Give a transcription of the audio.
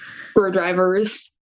screwdrivers